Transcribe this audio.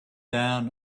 down